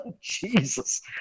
Jesus